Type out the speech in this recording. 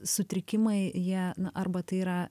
sutrikimai jie arba tai yra